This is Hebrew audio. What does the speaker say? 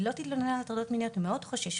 היא לא תתלונן על הטרדות מיניות, הן מאוד חוששות.